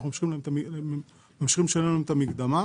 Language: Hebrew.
אנחנו ממשיכים לשם להן את המקדמה.